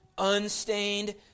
unstained